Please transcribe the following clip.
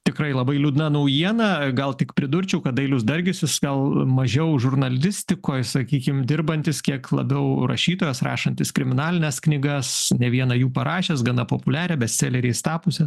tikrai labai liūdna naujiena gal tik pridurčiau kad dailius dargis jis gal mažiau žurnalistikoj sakykim dirbantis kiek labiau rašytojas rašantis kriminalines knygas ne vieną jų parašęs gana populiarią bestseleriais tapusią